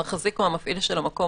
המחזיק או המפעיל של המקום,